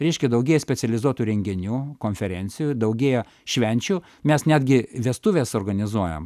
reiškia daugėja specializuotų renginių konferencijų daugėja švenčių mes netgi vestuves organizuojam